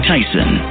Tyson